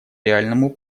реальному